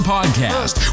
Podcast